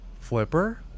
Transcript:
flipper